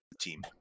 team